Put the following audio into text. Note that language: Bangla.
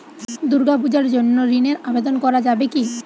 দুর্গাপূজার জন্য ঋণের আবেদন করা যাবে কি?